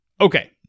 Okay